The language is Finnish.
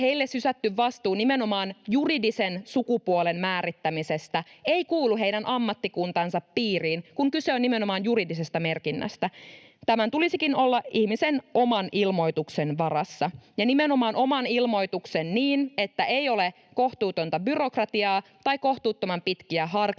heille sysätty vastuu nimenomaan juridisen sukupuolen määrittämisestä ei kuulu heidän ammattikuntansa piiriin, kun kyse on nimenomaan juridisesta merkinnästä. Tämän tulisikin olla ihmisen oman ilmoituksen varassa, ja nimenomaan oman ilmoituksen niin, että ei ole kohtuutonta byrokratiaa tai kohtuuttoman pitkiä harkinta-aikoja,